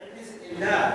חבר הכנסת אלדד,